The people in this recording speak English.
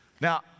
Now